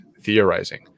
theorizing